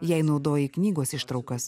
jei naudoji knygos ištraukas